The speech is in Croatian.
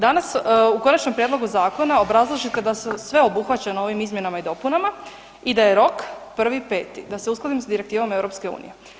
Danas u konačnom prijedlogu zakona obrazložite da su sve obuhvaćeno ovim izmjenama i dopunama i da je rok 1.5. da se uskladimo s direktivom EU.